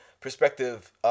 perspective